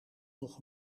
nog